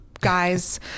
guys